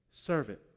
servant